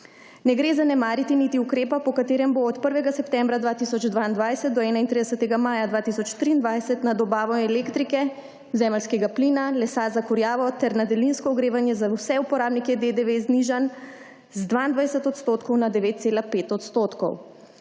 Ne gre zanemariti niti ukrepa, po katerem bo od 1. septembra 2022 do 31. maja 2023 na dobavo elektrike, zemeljskega plina, lesa za kurjavo ter na daljinsko ogrevanje za vse uporabnike DDV znižan z 22 % na 9,5 %.